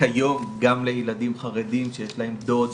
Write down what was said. כיום גם לילדים חרדים שיש להם דוד,